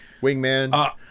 Wingman